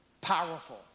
Powerful